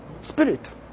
Spirit